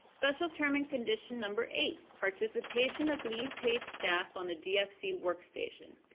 special term and condition number eight, participation of lead paid staff on the dfc workstation.